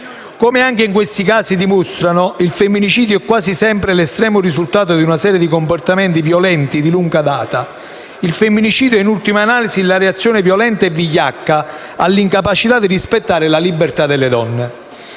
Come anche questi casi dimostrano, il femminicidio è quasi sempre l'estremo risultato di una serie di comportamenti violenti di lunga data. Il femminicidio è, in ultima analisi, la reazione, violenta e vigliacca, all'incapacità di rispettare la libertà delle donne.